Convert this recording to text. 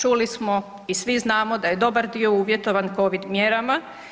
Čuli smo i svi znamo da je dobar dio uvjetovan Covid mjerama.